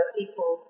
people